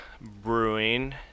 Brewing